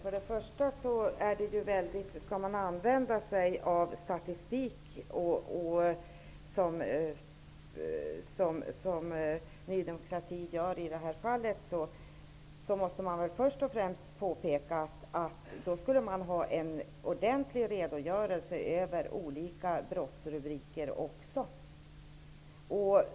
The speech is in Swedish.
Herr talman! Om man skall använda sig av statistik, som Ny demokrati gör i det här fallet, måste man först och främst se till att det finns en ordentlig redogörelse för olika brottsrubriker.